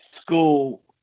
school